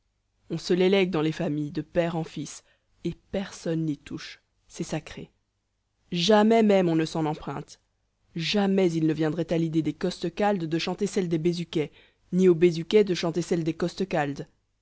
on se les lègue dans les familles de père en fils et personne n'y touche c'est sacré jamais même on ne s'en emprunte jamais il ne viendrait à l'idée des costecalde de chanter celle des bézuquet ni aux bézuquet de chanter celle des